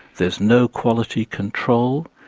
there is no quality control.